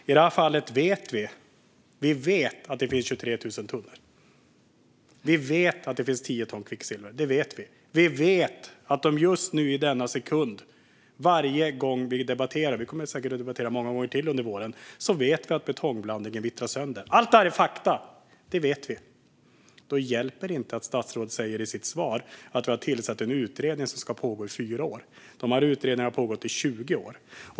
I det här fallet vet vi att det finns 23 000 tunnor. Vi vet att det finns tio ton kvicksilver. Det vet vi. Vi vet att just nu i denna sekund och varje gång vi debatterar detta - vi kommer säkert att debattera många gånger till under våren - vittrar betongblandningen sönder. Allt det här är fakta. Det vet vi. Då hjälper det inte att statsrådet säger i sitt svar att man har tillsatt en utredning som ska pågå i fyra år. De här utredningarna har pågått i 20 år.